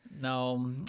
Now